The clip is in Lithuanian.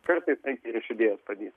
kartais reik ir iš idėjos padirbt